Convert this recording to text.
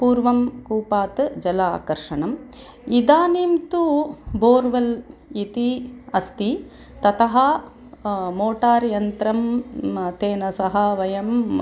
पूर्वं कूपात् जलाकर्षणम् इदानीं तु बोर्वेल् इति अस्ति ततः मोटार् यन्त्रं तेन सह वयम्